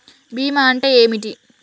బీమా అంటే ఏమిటి?